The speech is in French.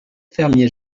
fermiers